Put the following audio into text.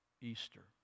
Easter